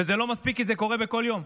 וזה לא מספיק כי זה קורה בכל יום.